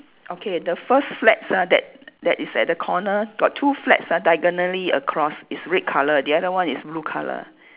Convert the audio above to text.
okay the first flags ah that that is at the corner got two flags are diagonally across is red colour the other one is blue colour